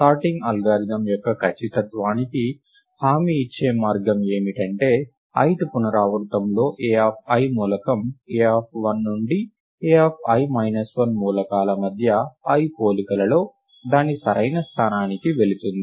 sorting algorithm యొక్క ఖచ్చితత్వానికి హామీ ఇచ్చే మార్గం ఏమిటంటే ith పునరావృతంలో Ai మూలకం a1 నుండి ai 1 మూలకాల మధ్య i పోలికలలో దాని సరైన స్థానానికి వెళుతుంది